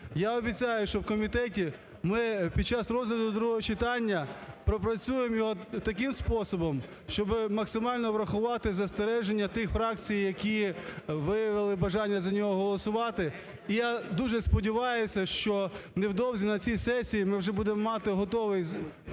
я обіцяю, що в комітеті ми під час розгляду до другого читання пропрацюємо його таким способом, щоб максимально врахувати застереження тих фракцій, які виявили бажання за нього голосувати. І я дуже сподіваюся, що невдовзі на цій сесії ми вже будемо мати готовий